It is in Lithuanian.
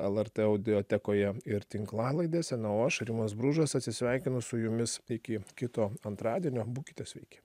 lrt audiotekoje ir tinklalaidėse na o aš rimas bružas atsisveikino su jumis iki kito antradienio būkite sveiki